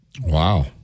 Wow